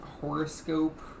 horoscope